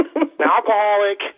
alcoholic